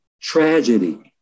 tragedy